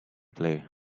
play